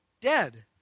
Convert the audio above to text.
Dead